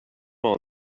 all